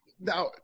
now